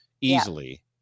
easily